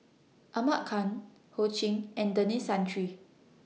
Ahmad Khan Ho Ching and Denis Santry